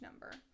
number